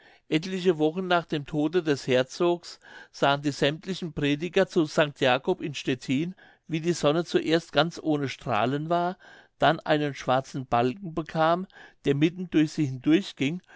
etliche wochen nach dem tode des herzogs sahen die sämmtlichen prediger zu st jacob in stettin wie die sonne zuerst ganz ohne strahlen war dann einen schwarzen balken bekam der mitten durch sie hindurch